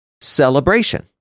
Celebration